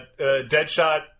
Deadshot